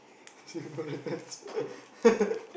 Singaporeans